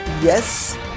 yes